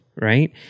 Right